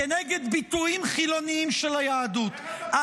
כנגד ביטויים חילוניים של היהדות.